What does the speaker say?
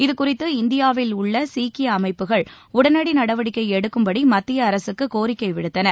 இதுகுறித்து இந்தியாவில் உள்ள சீக்கிய அமைப்புகள் உடனடி நடவடிக்கை எடுக்கும்படி மத்திய அரசுக்கு கோரிக்கை விடுத்தது